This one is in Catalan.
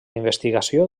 investigació